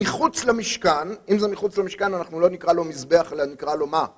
מחוץ למשכן, אם זה מחוץ למשכן אנחנו לא נקרא לו מזבח אלא נקרא לו מה?